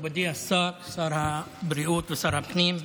מכובדי השר, שר הבריאות ושר הפנים,